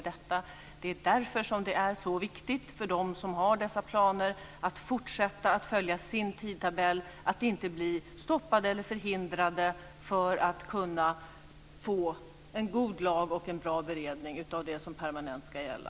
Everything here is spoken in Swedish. Det är därför som det är så viktigt för de som har dessa planer att fortsätta att följa sin tidtabell, att inte bli stoppade eller förhindrade för att kunna få en god lag och en bra beredning av det som permanent ska gälla.